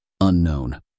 Unknown